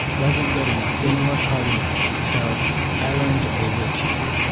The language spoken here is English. wasn't good enough, didn't work hard enough. so i learned to overachieve,